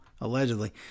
allegedly